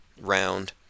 round